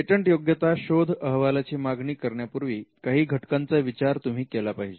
पेटंटयोग्यता शोध अहवालाची मागणी करण्यापूर्वी काही घटकांचा विचार तुम्ही केला पाहिजे